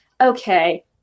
okay